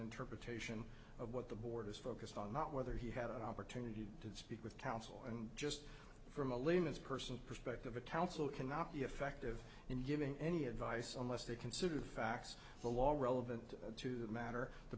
interpretation of what the board is focused on not whether he had an opportunity to speak with counsel and just from a layman's personal perspective a counsel cannot be effective in giving any advice on less they consider the facts the law relevant to the matter the